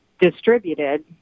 distributed